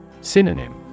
Synonym